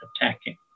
attacking